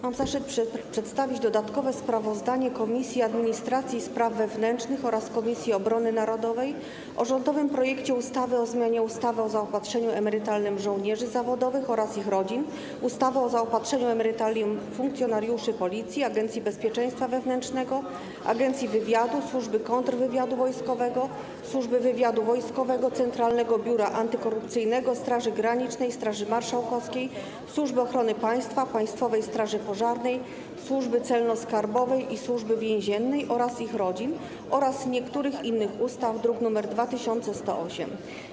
Mam zaszczyt przedstawić dodatkowe sprawozdanie Komisji Administracji i Spraw Wewnętrznych oraz Komisji Obrony Narodowej o rządowym projekcie ustawy o zmianie ustawy o zaopatrzeniu emerytalnym żołnierzy zawodowych oraz ich rodzin, ustawy o zaopatrzeniu emerytalnym funkcjonariuszy Policji, Agencji Bezpieczeństwa Wewnętrznego, Agencji Wywiadu, Służby Kontrwywiadu Wojskowego, Służby Wywiadu Wojskowego, Centralnego Biura Antykorupcyjnego, Straży Granicznej, Straży Marszałkowskiej, Służby Ochrony Państwa, Państwowej Straży Pożarnej, Służby Celno-Skarbowej i Służby Więziennej oraz ich rodzin oraz niektórych innych ustaw, druk nr 2108.